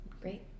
Great